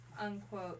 unquote